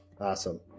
Awesome